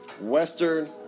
Western